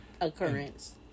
occurrence